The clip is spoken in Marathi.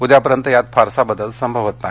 उद्यापर्यंत यात फारसा बदल संभवत नाही